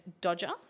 Dodger